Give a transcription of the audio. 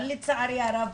לצערי הרב,